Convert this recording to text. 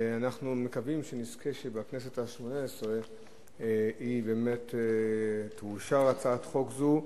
אנחנו מקווים שנזכה שבכנסת השמונה-עשרה תאושר הצעת חוק זו,